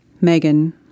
Megan